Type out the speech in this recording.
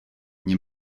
nie